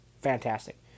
Fantastic